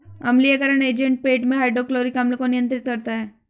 अम्लीयकरण एजेंट पेट में हाइड्रोक्लोरिक अम्ल को नियंत्रित करता है